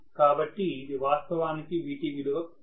కాబట్టి ఇది వాస్తవానికి Vt విలువ అవుతుంది